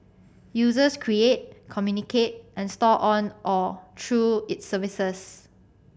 users create communicate and store on or through its services